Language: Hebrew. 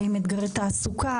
AI עם אתגרי תעסוקה,